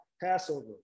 Passover